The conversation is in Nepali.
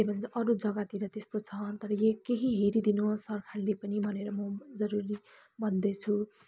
के भन्छ अरू जग्गातिर त्यस्तो छ अन्त केही हेरिदिनुहोस् सरकारले पनि भनेर म जरुरी भन्दैछु